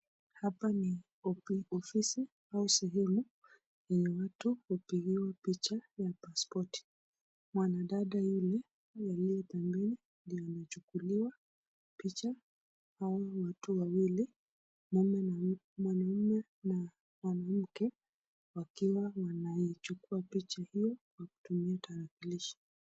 Hapa ni ofisi au shuleni yenye mtu hupigiwa picha au paspoti, mwanadada huyu ni aliye mlangoni ndiye amemchukulia picha hawa watu wawili mwanaume na mwanamke wakiwa wanaichukua picha hiyo wakitumia tarakilishi.